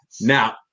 Now